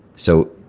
so,